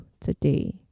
today